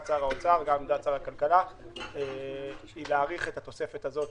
שר האוצר ועמדת שר הכלכלה היא להאריך את התוספת הזאת